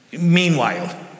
Meanwhile